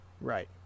Right